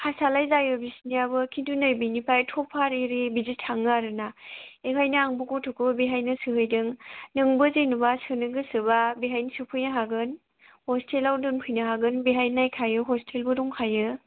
पासआलाय जायो बिसोरनियाबो किन्तु नै बेनिफ्राय टपार आरि बिदि थाङो आरोना बेनिखायनो आंबो गथ'खौ बेवहायनो सोहैदों नोंबो जेनेबा सोनो गोसोबा बेवहायनो सोफैनो हागोन हस्टेलाव दोनफैनो हागोन बेवहाय नायखायो हस्टेलबो दंखायो